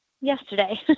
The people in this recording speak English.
yesterday